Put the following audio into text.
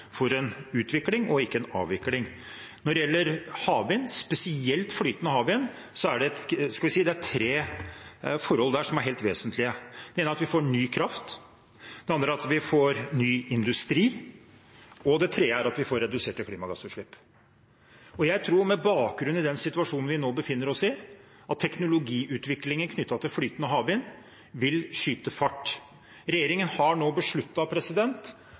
en utvikling og ikke en avvikling. Når det gjelder havvind, spesielt flytende havvind, er det tre forhold som er helt vesentlige. Det ene er at vi får ny kraft. Det andre er at vi får ny industri. Det tredje er at vi får reduserte klimagassutslipp. Med bakgrunn i den situasjonen vi nå befinner oss i, tror jeg at teknologiutviklingen knyttet til flytende havvind vil skyte fart. Regjeringen har nå